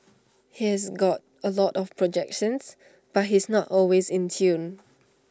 he's got A lot of projections but he's not always in tune